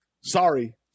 sorry